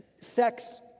sex